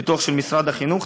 הביטוח של משרד החינוך,